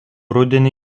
rudenį